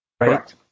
right